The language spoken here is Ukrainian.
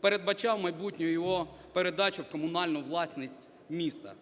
передбачав майбутню його передачу в комунальну власність міста.